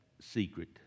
secret